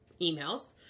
emails